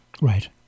Right